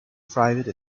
private